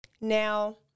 Now